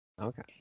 Okay